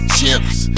Chips